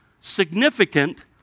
significant